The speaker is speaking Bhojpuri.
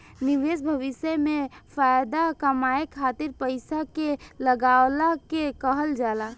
निवेश भविष्य में फाएदा कमाए खातिर पईसा के लगवला के कहल जाला